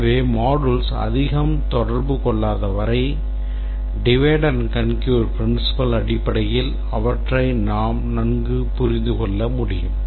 எனவே modules அதிகம் தொடர்பு கொள்ளாதவரை divide and conquer principle அடிப்படையில் அவற்றை நாம் நன்கு புரிந்து கொள்ள முடியும்